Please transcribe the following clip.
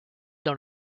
dans